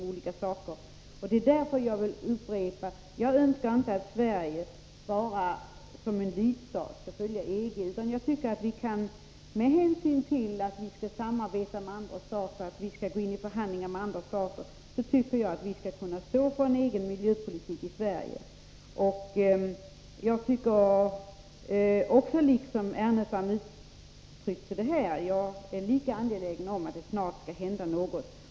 Därför vill jag upprepa: Jag önskar inte att Sverige som en lydstat skall följa EG, utan med hänsyn till att vi skall gå in i förhandlingar med andra stater tycker jag att vi skall kunna stå för en egen miljöpolitik i Sverige. Och jag är lika angelägen som Lars Ernestam om att det snart skall hända något.